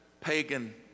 pagan